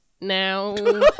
Now